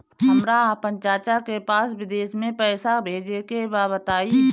हमरा आपन चाचा के पास विदेश में पइसा भेजे के बा बताई